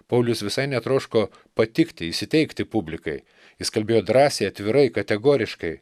paulius visai netroško patikti įsiteikti publikai jis kalbėjo drąsiai atvirai kategoriškai